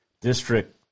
District